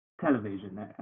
television